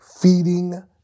Feeding